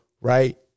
Right